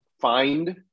find